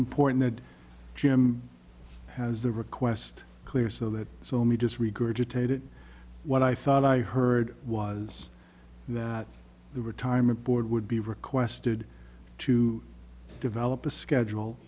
important that jim has the request clear so that it's only just regurgitated what i thought i heard was that the retirement board would be requested to develop a schedule